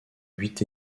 huit